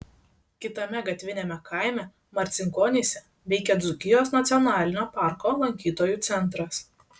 kitame gatviniame kaime marcinkonyse veikia dzūkijos nacionalinio parko lankytojų centras